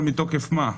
אבל מתוקף מה?